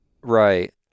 Right